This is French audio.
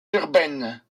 urbaines